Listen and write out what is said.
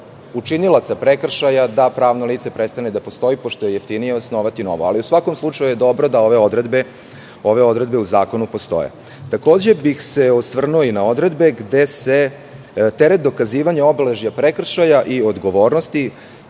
učinilaca prekršaja da pravno lice prestane da postoji pošto je jeftinije osnovati novo. U svakom slučaju je dobro da ove odredbe u zakonu postoje. Takođe bih se osvrnuo i na odredbe gde se teret dokazivanja obeležja prekršaja i odgovornosti